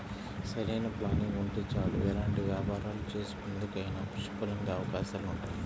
సరైన ప్లానింగ్ ఉంటే చాలు ఎలాంటి వ్యాపారాలు చేసేందుకైనా పుష్కలంగా అవకాశాలుంటాయి